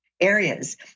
areas